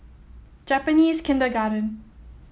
Japanese Kindergarten